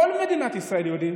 כל מדינת ישראל יודעים